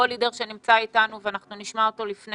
פרופ' רולידר שנמצא איתנו ואנחנו נשמע אותו לפני